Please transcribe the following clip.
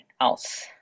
else